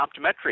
optometric